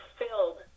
filled